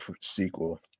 sequel